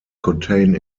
contain